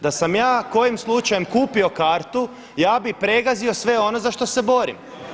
Da sam ja kojim slučajem kupio kartu, ja bih pregazio sve ono za što se borim.